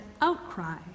outcry